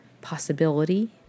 Possibility